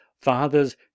fathers